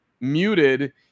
muted